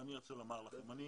ואני רוצה לומר לכם שאני